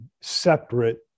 separate